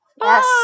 Yes